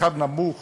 שכר נמוך